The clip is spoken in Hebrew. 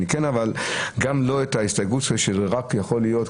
גם לא את ההסתייגות שזה רק יכול להיות,